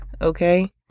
Okay